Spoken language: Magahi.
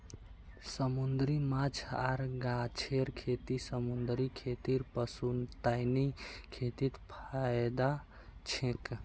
समूंदरी माछ आर गाछेर खेती समूंदरी खेतीर पुश्तैनी खेतीत फयदा छेक